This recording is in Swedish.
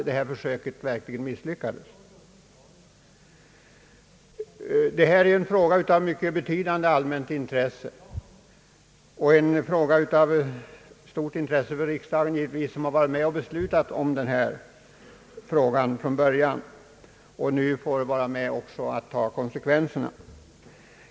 Detta är en fråga av mycket betydande allmänt intresse och givetvis av stort intresse för riksdagen, som varit med om att besluta affären från början och nu också får vara med om att ta konsekvenserna.